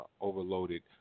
overloaded